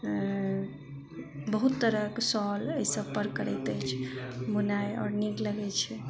बहुत तरहक सौल एहि सब पर करैत अछि बुनाइ आओर नीक लगै छै